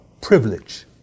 privilege